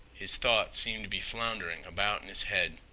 his thoughts seemed to be floundering about in his head.